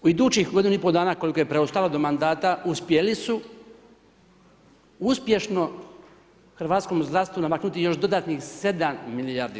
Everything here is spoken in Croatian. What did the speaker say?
U idućih godinu i pol dana, koliko je preostalo do mandat, uspjeli su uspješno hrvatskom zdravstvu namaknuti još dodatnih 7 milijardi